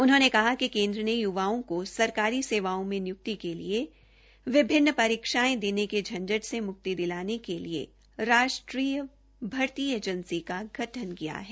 उन्होंने कहा कि केन्द्र ने य्वाओं को सरकारी सेवाओं में निय्क्ति के लिए विभिन्न परीक्षायें देने के झंझ से मुक्ति दिलाने के लिए राष्ट्रीय भर्ती एजेंसी का गठन किया है